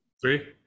three